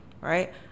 right